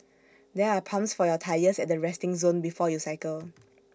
there are pumps for your tyres at the resting zone before you cycle